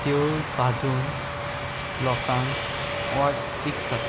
त्यो भाजून लोकांक वाड विकतात